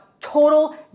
total